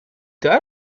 tard